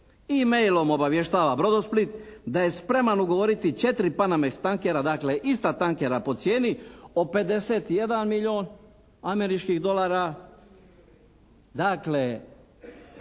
e-mailom obavještava Brodosplit da je spreman ugovoriti 4 "Panamejs" tankera dakle ista tankera po cijeni od 51 milijun američkih dolara. Dakle